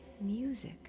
music